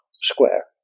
Square